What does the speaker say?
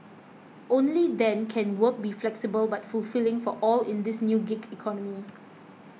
only then can work be flexible but fulfilling for all in this new gig economy